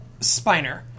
Spiner